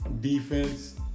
Defense